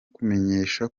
kumenyesha